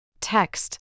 Text